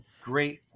Great